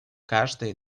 каждые